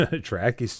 track